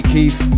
Keith